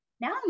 Now